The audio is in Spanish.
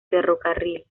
ferrocarril